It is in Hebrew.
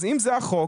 אז אם זה החוק,